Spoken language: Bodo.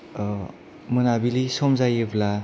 मोनाबिलि सम जायोब्ला